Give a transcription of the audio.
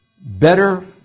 better